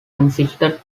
consisted